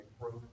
growth